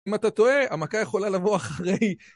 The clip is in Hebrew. אם אתה טועה, המכה יכולה לבוא אחרי.